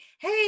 Hey